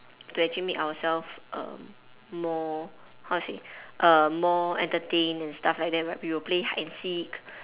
to actually make ourselves err more how to say err more entertained and stuff like that right we will play hide and seek